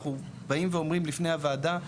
אנחנו באים ואומרים לפני הוועדה,